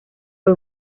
fue